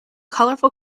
colorful